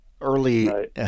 early